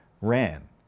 ran